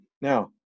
Now